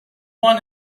one